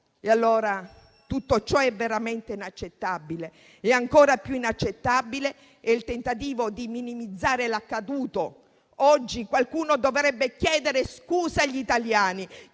lavoro. Tutto ciò è veramente inaccettabile e ancora più inaccettabile è il tentativo di minimizzare l'accaduto. Oggi qualcuno dovrebbe chiedere scusa agli italiani